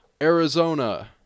Arizona